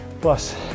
plus